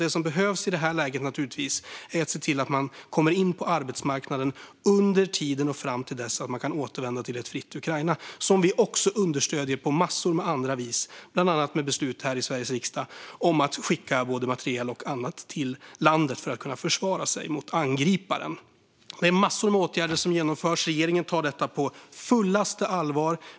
Det som behövs i det här läget är naturligtvis att se till att de kommer in på arbetsmarknaden fram till dess att de kan återvända till ett fritt Ukraina, som vi också understöder på en massa andra vis, bland annat med beslut här i Sveriges riksdag om att skicka materiel och annat till landet så att de kan försvara sig mot angriparen. Det är massor av åtgärder som genomförs. Regeringen tar detta på fullaste allvar.